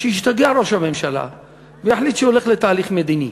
שישתגע ראש הממשלה ויחליט שהוא הולך לתהליך מדיני,